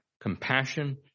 compassion